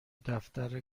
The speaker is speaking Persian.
دفتر